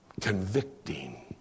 Convicting